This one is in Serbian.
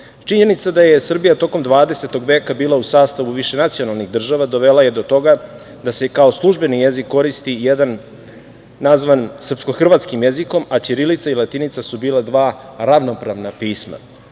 naroda. Činjenica da je Srbija tokom 20. veka bila u sastavu višenacionalnih država dovela je do toga da se kao službeni jezik koristi jedan nazvan „srpsko-hrvatskim“ jezikom, a ćirilica i latinica su bila dva ravnopravno